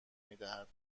میدهد